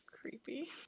creepy